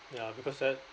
ya because that